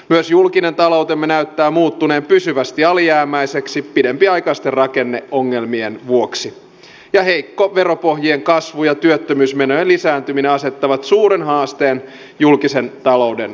myös julkinen taloutemme näyttää muuttuneen pysyvästi alijäämäiseksi pidempiaikaisten rakenne ongelmien vuoksi ja heikko veropohjien kasvu ja työttömyysmenojen lisääntyminen asettavat suuren haasteen julkisen talouden hoidolle